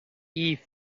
eve